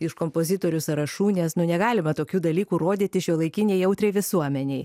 iš kompozitorių sąrašų nes nu negalima tokių dalykų rodyti šiuolaikinei jautriai visuomenei